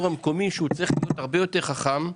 המקומי שצריך להיות הרבה יותר חכם,